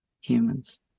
humans